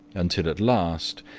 until at last,